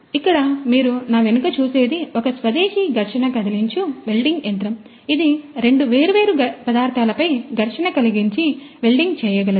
ఇక్కడ మీరు నా వెనుక చూసేది ఒక స్వదేశీ ఘర్షణ కదిలించు వెల్డింగ్ యంత్రం ఇది రెండు వేర్వేరు పదార్థాలపై ఘర్షణ కలిగించి వెల్డింగ్ చేయగలదు